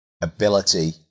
ability